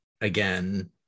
again